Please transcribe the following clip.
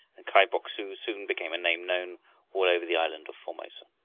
and kai bok-su soon became a name known all over the island of formosa.